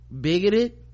bigoted